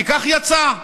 כי כך יצא.